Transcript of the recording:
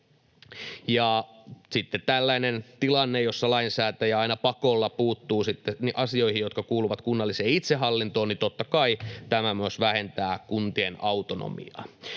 tällainen tilanne, jossa lainsäätäjä aina pakolla puuttuu asioihin, jotka kuuluvat kunnalliseen itsehallintoon, totta kai myös vähentää kuntien autonomiaa.